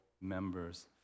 members